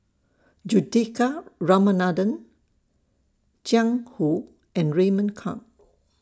Juthika Ramanathan Jiang Hu and Raymond Kang